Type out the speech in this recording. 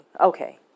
Okay